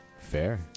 Fair